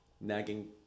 nagging